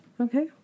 Okay